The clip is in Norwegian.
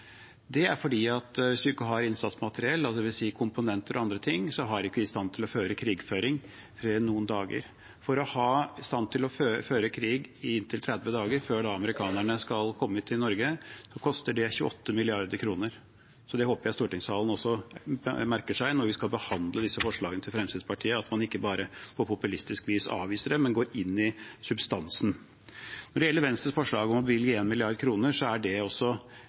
Det er fordi at hvis man ikke har innsatsmateriell, dvs. komponenter og andre ting, er vi ikke i stand til å føre krig mer enn noen dager. For å være i stand til å føre krig i inntil 30 dager – før amerikanerne skal komme hit til Norge – koster det 28 mrd. kr. Det håper jeg stortingssalen merker seg når vi skal behandle forslagene til Fremskrittspartiet, slik at man ikke på populistisk vis bare avviser det, men går inn i substansen. Når det gjelder Venstres forslag om å bevilge 1 mrd. kr, er det